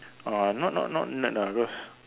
ah not not not nerd ah cause